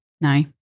No